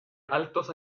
altos